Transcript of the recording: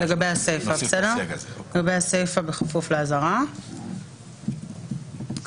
אז נוסיף בסיפה "בכפוף לאזהרה".